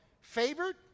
favored